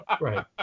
Right